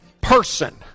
person